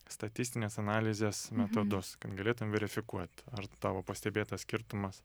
statistinės analizės metodus kad galėtum verifikuot ar tavo pastebėtas skirtumas